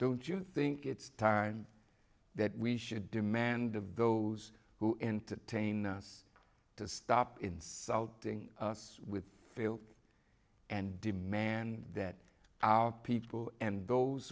don't you think it's time that we should demand of those who entertain us to stop insulting us with feel and demand that our people and those